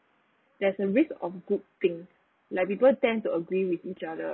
that's a on good thing like people tend to agree with each other